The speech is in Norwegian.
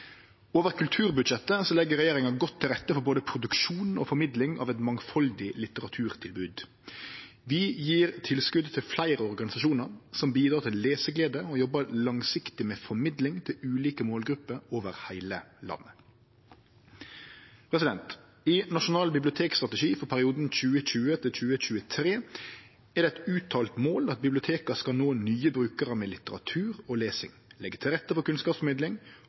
Over kulturbudsjettet legg regjeringa godt til rette for både produksjon og formidling av eit mangfaldig litteraturtilbod. Vi gjev tilskot til fleire organisasjonar som bidrar til leseglede og jobbar langsiktig med formidling til ulike målgrupper over heile landet. I Nasjonal bibliotekstrategi for perioden 2020–2023 er det eit uttalt mål at biblioteka skal nå nye brukarar med litteratur og lesing, leggje til rette for kunnskapsformidling